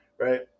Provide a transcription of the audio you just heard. right